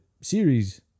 series